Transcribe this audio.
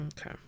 Okay